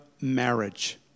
marriage